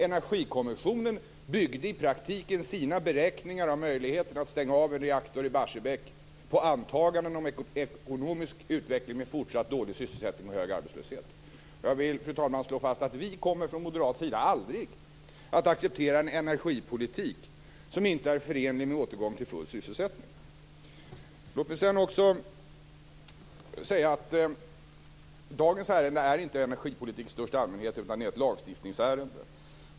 Energikommissionen byggde i praktiken sina beräkningar av möjligheten att stänga av en reaktor i Barsebäck på antaganden om ekonomisk utveckling med fortsatt dålig sysselsättning och hög arbetslöshet. Jag vill, fru talman, slå fast att vi från moderat sida aldrig kommer att acceptera en energipolitik som inte är förenlig med återgång till full sysselsättning. Dagens ärende rör inte energipolitik i största allmänhet utan är ett lagstiftningsärende.